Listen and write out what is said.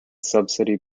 subsidy